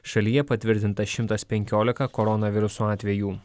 šalyje patvirtinta šimtas penkiolika koronaviruso atvejų